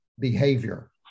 behavior